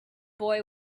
boy